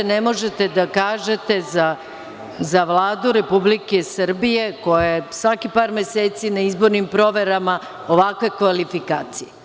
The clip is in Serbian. Ne možete da kažete za Vladu Republike Srbije, koja je svakih par meseci na izbornim proverama, ovakve kvalifikacije.